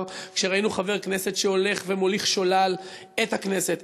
כשראינו חבר כנסת שהולך ומוליך שולל את הכנסת,